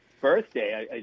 birthday